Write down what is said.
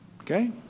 Okay